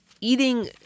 eating